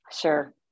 Sure